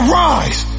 rise